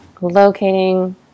locating